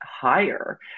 higher